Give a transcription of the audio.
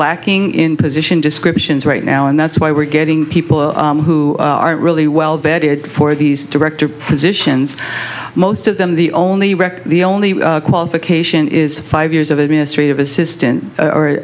lacking in position descriptions right now and that's why we're getting people who are really well bedded for these director positions most of them the only record the only qualification is five years of administrative assistant or